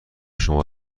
شما